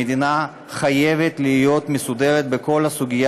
המדינה חייבת להיות מסודרת בכל הסוגיה